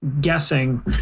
guessing